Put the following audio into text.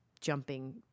jumping